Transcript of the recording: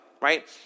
right